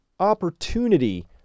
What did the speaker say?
opportunity